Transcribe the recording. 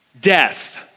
Death